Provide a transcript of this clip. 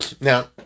now